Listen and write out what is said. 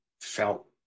felt